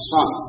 Son